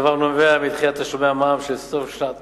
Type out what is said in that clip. הדבר נובע מדחיית תשלומי המע"מ של סוף שנת